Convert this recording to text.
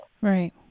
Right